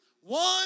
one